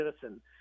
citizen